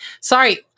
Sorry